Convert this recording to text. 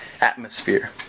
atmosphere